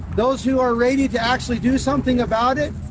those who are ready to actually do something about it,